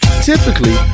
Typically